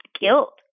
guilt